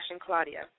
Claudia